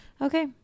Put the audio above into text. Okay